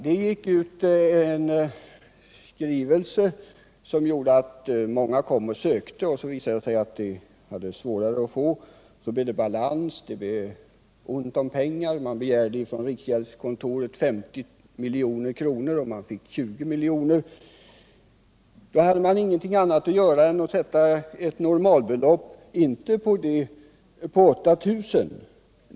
Det gick ut en skrivelse som gjorde att många kom och sökte lån, och då visade det sig att det var svårare att få sådana lån. Det uppstod en balans. Man begärde från riksgäldskontoret 50 milj.kr. och man fick 20 miljoner. Då hade man inte annat att göra än att sätta ett normalbelopp, dock inte på 8 000 kr.